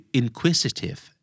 inquisitive